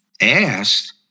asked